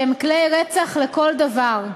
שהם כלי רצח לכל דבר,